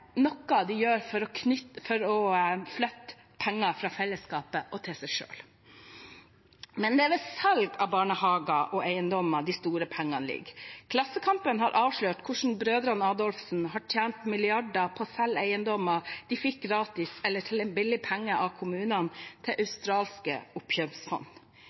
noe av det de gjør for å flytte penger fra fellesskapet til seg selv. Men det er ved salg av barnehager og eiendommer de store pengene ligger. Klassekampen har avslørt hvordan brødrene Adolfsen har tjent milliarder på å selge eiendommer de fikk gratis eller til en billig penge av kommunene, til australske oppkjøpsfond.